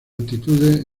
altitudes